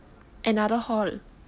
another hall